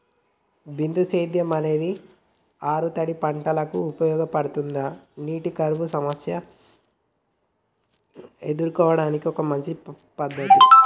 బిందు సేద్యం అనేది ఆరుతడి పంటలకు ఉపయోగపడుతుందా నీటి కరువు సమస్యను ఎదుర్కోవడానికి ఒక మంచి పద్ధతి?